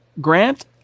Grant